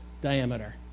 diameter